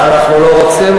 אנחנו לא רוצים.